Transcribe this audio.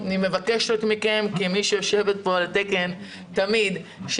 ואני מבקשת מכם כמי שיושבת פה תמיד על